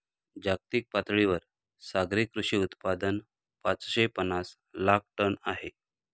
जागतिक पातळीवर सागरी कृषी उत्पादन पाचशे पनास लाख टन आहे